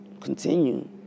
continue